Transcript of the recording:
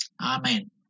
amen